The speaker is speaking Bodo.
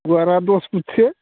गुवारा दस फुट सो